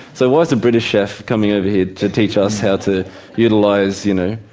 so why is a british chef coming over here to teach us how to utilise, you know,